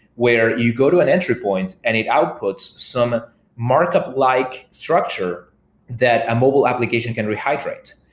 where you go to an entry point and it outputs some markup-like structure that a mobile application can rehydrate.